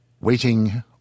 Waiting